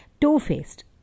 Two-faced